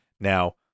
Now